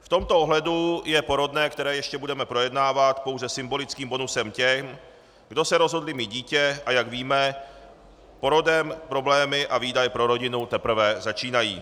V tomto ohledu je porodné, které ještě budeme projednávat, pouze symbolickým bonusem těm, kde se rozhodli mít dítě, a jak víme, porodem problémy a výdaje pro rodinu teprve začínají.